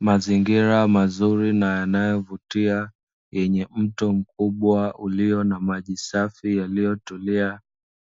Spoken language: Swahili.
Mazingira mazuri na yanayovutia yenye mto mkubwa ulio na maji safi yaliyotulia,